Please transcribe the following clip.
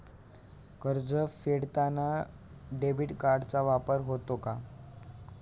कर्ज फेडताना डेबिट कार्डचा वापर होतो का?